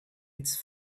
its